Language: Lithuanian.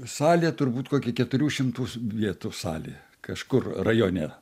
salė turbūt kokį keturių šimtų vietų salė kažkur rajone